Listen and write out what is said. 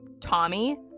Tommy